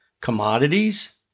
commodities